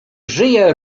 żyje